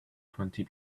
twenty